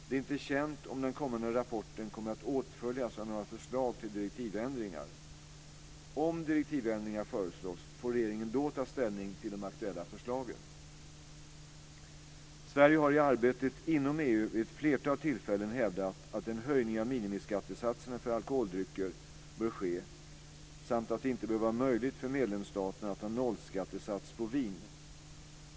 Det är inte känt om den kommande rapporten kommer att åtföljas av några förslag till direktivändringar. Om direktivändringar föreslås får regeringen då ta ställning till de aktuella förslagen. Sverige har i arbetet inom EU vid ett flertal tillfällen hävdat att en höjning av minimiskattesatserna för alkoholdrycker bör ske samt att det inte bör vara möjligt för medlemsstaterna att ha nollskattesats på vin.